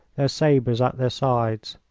their sabres at their sides.